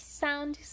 sound